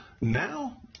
now